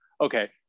okay